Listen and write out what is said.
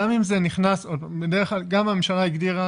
החקיקה הגדירה